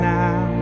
now